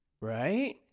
Right